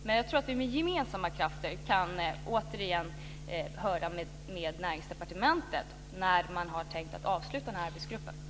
Men jag tror att vi med gemensamma krafter kan höra med Näringsdepartementet när man har tänkt att arbetsgruppens arbete ska vara avslutat.